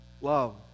love